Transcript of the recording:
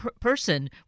person